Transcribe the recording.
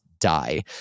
die